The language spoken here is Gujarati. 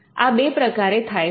આ બે પ્રકારે થાય છે